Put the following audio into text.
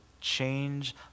change